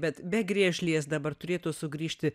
bet be griežlės dabar turėtų sugrįžti